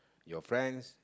your friends